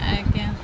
ଆଜ୍ଞା